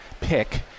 pick